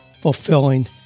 fulfilling